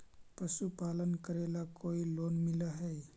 पशुपालन करेला कोई लोन मिल हइ?